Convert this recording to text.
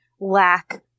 lack